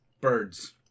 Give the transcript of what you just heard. Birds